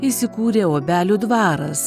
įsikūrė obelių dvaras